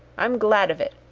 i'm glad of it.